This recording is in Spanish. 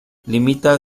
limita